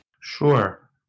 Sure